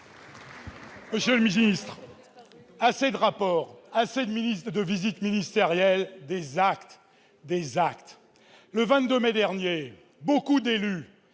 Monsieur le ministre, assez de rapports, assez de visites ministérielles ; des actes ! Le 22 mai dernier, beaucoup d'élus